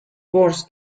worse